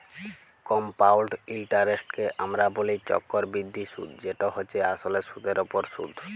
compound ইলটারেস্টকে আমরা ব্যলি চক্করবৃদ্ধি সুদ যেট হছে আসলে সুদের উপর সুদ